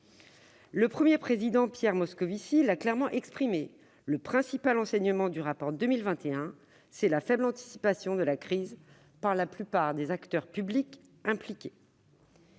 Le Premier président Pierre Moscovici l'a clairement dit, le principal enseignement du rapport 2021, c'est la faible anticipation de la crise par la plupart des acteurs publics impliqués.